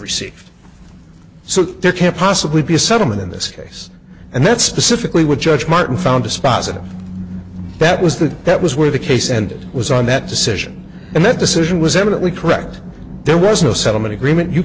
received so there can't possibly be a settlement in this case and that's specifically what judge martin found dispositive that was that that was where the case and it was on that decision and that decision was evidently correct there was no settlement agreement you